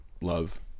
love